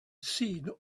seen